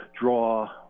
draw